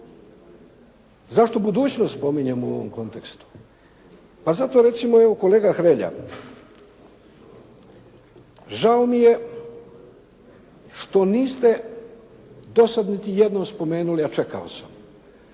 Zašto budućnost spominjemo u ovom kontekstu? Pa zato recimo kolega Hrelja žao mi je što niste do sad niti jednom spomenuli, a čekao sam,